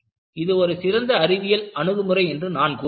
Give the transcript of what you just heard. இது ஒரு சிறந்த அறிவியல் அணுகுமுறை என்று நான் கூறுவேன்